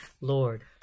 Lord